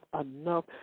enough